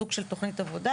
סוג של תוכנית עבודה,